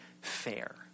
fair